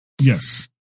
Yes